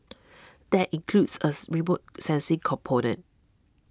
that includes as remote sensing component